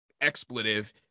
expletive